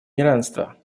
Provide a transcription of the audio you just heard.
неравенства